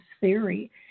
theory